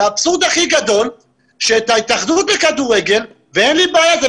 זה בסדר גמור שפתחו את ההתאחדות לכדורגל, אבל